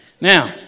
Now